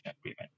agreement